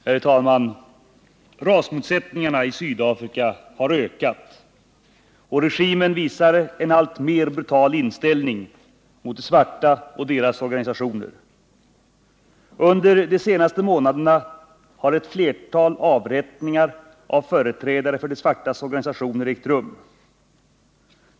Herr talman! Rasmotsättningarna i Sydafrika har ökat, och regimen visar en alltmer brutal inställning mot de svarta och deras organisationer. Under de senaste månaderna har ett flertal avrättningar av företrädare för de svartas organisationer ägt rum.